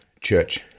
church